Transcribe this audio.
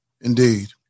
Indeed